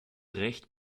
recht